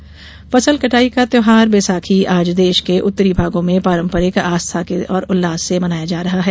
बैशाखी फसल कटाई का त्यौहार बैसाखी आज देश के उत्तरी भागों में पारंपरिक आस्था और उल्लास से मनाया जा रहा है